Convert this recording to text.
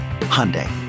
Hyundai